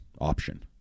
option